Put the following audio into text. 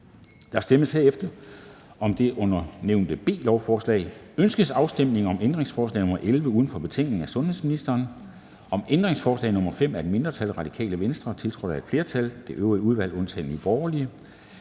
Der stemmes herefter om det under B nævnte lovforslag: Ønskes afstemning om ændringsforslag nr. 11, uden for betænkningen, af sundhedsministeren, om ændringsforslag nr. 5, af et mindretal (RV), tiltrådt af et flertal (det øvrige udvalg med undtagelse